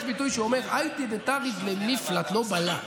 יש ביטוי שאומר: "איידי דטריד למפלט, לא בלע".